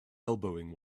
elbowing